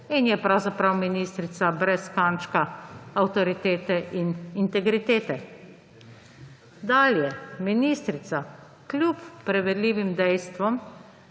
in je pravzaprav ministrica brez kančka avtoritete in integritete. Dalje. Ministrica kljub preverljivim dejstvom